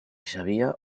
sabia